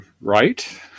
right